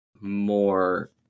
more